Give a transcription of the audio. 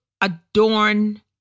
adorn